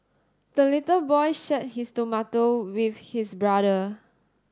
the little boy shared his tomato with his brother